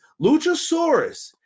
Luchasaurus